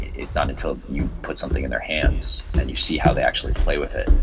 it's not until you put something in their hands and you see how they actually play with it,